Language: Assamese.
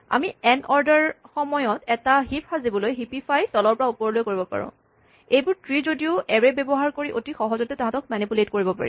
আমি এন অৰ্ডাৰ সময়ত এটা হিপ সাজিবলৈ হিপিফাই তলৰ পৰা ওপৰলৈ কৰিব পাৰোঁ এইবোৰ ট্ৰী যদিও এৰে ব্যৱহাৰ কৰি অতি সহজতে তাহাঁতক মেনিপুলেট কৰিব পাৰি